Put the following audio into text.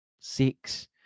six